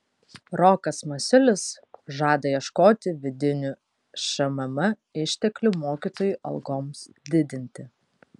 rokas masiulis žada ieškoti vidinių šmm išteklių mokytojų algoms didinti